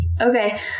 Okay